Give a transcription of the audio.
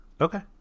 Okay